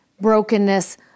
brokenness